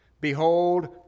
Behold